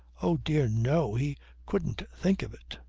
oh dear no! he couldn't think of it!